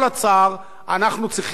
אנחנו צריכים לכבד אותו,